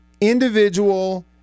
individual